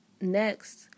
Next